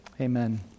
amen